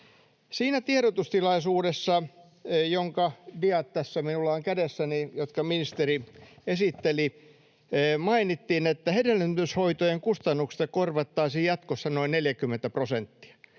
siinä tiedotustilaisuudessa, jonka diat tässä minulla on kädessäni, jotka ministeri esitteli, mainittiin, että hedelmöityshoitojen kustannuksista korvattaisiin jatkossa noin 40 prosenttia.